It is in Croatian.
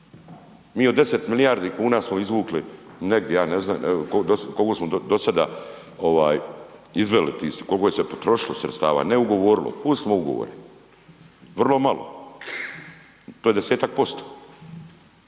Mi od 10 milijardi kuna smo izvukli, negdje ja ne znam kolko smo do sada izveli tih, kolko se je potrošilo sredstava, ne ugovorilo, pustimo ugovor, vrlo malo, to je 10%. Sad